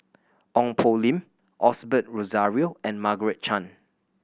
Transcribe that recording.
Ong Poh Lim Osbert Rozario and Margaret Chan